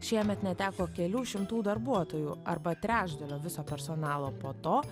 šiemet neteko kelių šimtų darbuotojų arba trečdalio viso personalo po to